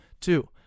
Two